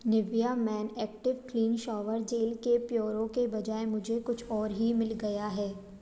Nivea men active clean shower gel के प्योरो के बजाय मुझे कुछ और ही मिल गया है